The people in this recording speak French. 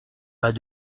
pas